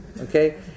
okay